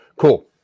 Cool